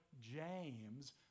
James